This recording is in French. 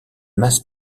masse